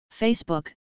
Facebook